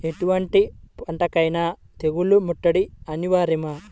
ఎటువంటి పంటలకైన తెగులు ముట్టడి అనివార్యమా?